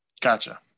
gotcha